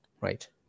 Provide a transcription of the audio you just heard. right